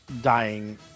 dying